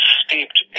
steeped